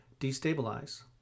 Destabilize